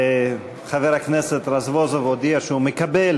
חבר הכנסת רזבוזוב הודיע שהוא מקבל